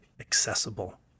accessible